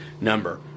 number